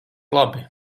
labi